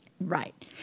Right